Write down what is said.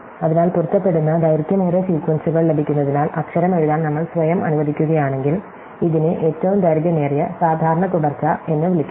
അതിനാൽ പൊരുത്തപ്പെടുന്ന ദൈർഘ്യമേറിയ സീക്വൻസുകൾ ലഭിക്കുന്നതിനാൽ അക്ഷരമെഴുതാൻ നമ്മൾ സ്വയം അനുവദിക്കുകയാണെങ്കിൽ ഇതിനെ ഏറ്റവും ദൈർഘ്യമേറിയ സാധാരണ തുടർച്ച എന്ന് വിളിക്കുന്നു